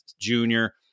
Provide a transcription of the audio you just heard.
junior